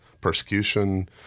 persecution